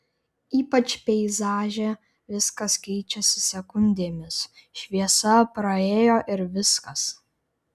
ypač peizaže viskas keičiasi sekundėmis šviesa praėjo ir viskas